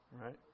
right